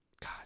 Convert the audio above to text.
God